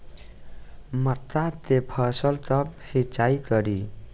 मका के फ़सल कब सिंचाई करी?